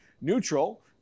neutral